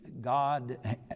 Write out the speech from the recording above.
God